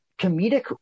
comedic